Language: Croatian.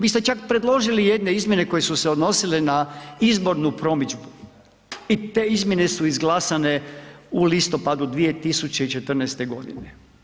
Vi ste čak predložili jedne izmjene koje su se odnosile na izbornu promidžbu i te izmjene su izglasane u listopadu 2014. godine.